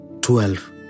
twelve